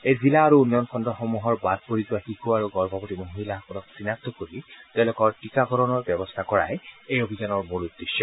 এই জিলা আৰু উন্নয়ন খণ্ডসমূহৰ বাদ পৰি যোৱা শিশু আৰু গৰ্ভৱতী মহিলাসকলক চিনাক্ত কৰি তেওঁলোকৰ টীকাকৰণৰ ব্যৱস্থা কৰাই এই অভিযানৰ মূল উদ্দেশ্য